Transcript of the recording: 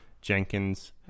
Jenkins